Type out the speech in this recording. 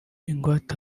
ingwate